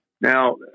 Now